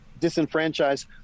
disenfranchise